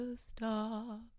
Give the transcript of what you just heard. stop